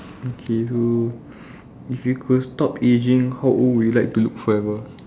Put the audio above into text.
okay so if you could stop ageing how old would you like to look forever